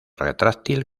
retráctil